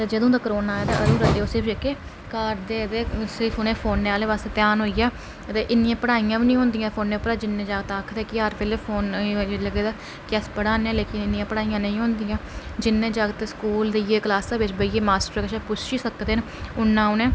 जदूं दा करोना आए दा अंदू दा ओह् सिर्फ एह्के घर दे सिर्फ उ'नें फोनै आह्लै पास्सै ध्यान होई आ अदे इन्नियां पढ़ाइयां बी नेईं होंदियां फोने उप्पारं आखदे कि हर बेल्लै फोन की अस पढ़ा ने आ लेकिन इन्नियां पढ़ाइयां नेईं होंदियां जिन्ने जागत स्कूल जाइयै क्लासें बिच जाइयै मास्टर पुच्छी सकदे न उनें